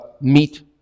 meet